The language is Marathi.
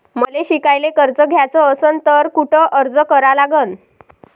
मले शिकायले कर्ज घ्याच असन तर कुठ अर्ज करा लागन?